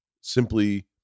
simply